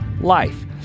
life